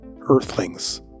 Earthlings